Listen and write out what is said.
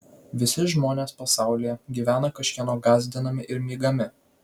visi žmonės pasaulyje gyvena kažkieno gąsdinami ir mygami